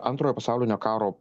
antrojo pasaulinio karo